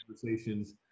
conversations